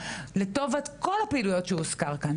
לטובת כל הפעילויות שהוזכרו כאן.